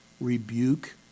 rebuke